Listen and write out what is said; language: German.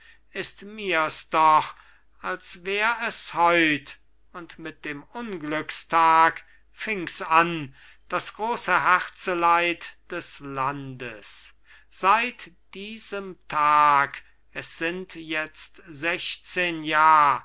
ist mirs doch als wär es heut und mit dem unglückstag fings an das große herzeleid des landes seit diesem tag es sind jetzt sechzehn jahr